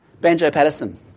Banjo-Patterson